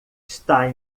está